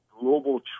global